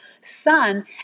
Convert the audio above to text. sun